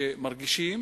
שמרגישים,